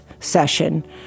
session